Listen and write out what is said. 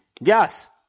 Yes